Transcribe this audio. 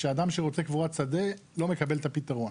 שאדם שרוצה קבורת שדה לא מקבל את הפתרון.